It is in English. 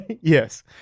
Yes